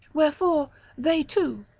wherefore they too,